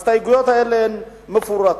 ההסתייגויות האלה הן מפורטות.